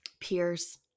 Peers